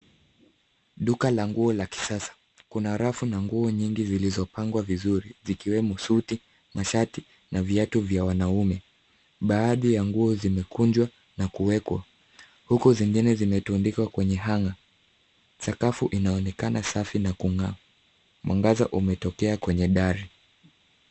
Duka la nguo la kisasa. Kuna rafu na nguo nyingi zilizopangwa vizuri, zikiwemo suti, mashati na viatu vya wanaume. Baadhi ya nguo zimekunjwa na kuwekwa, huku zingine zimetundikwa kwenye hanger . Sakafu inaonekana safi na kung'aa. Mwangaza umetokea kwenye dari.